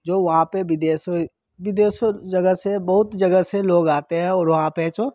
जो वहाँ पे विदेशों विदेशों जगह से बहुत जगह से लोग आते हैं और वहाँ पे है सो